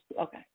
Okay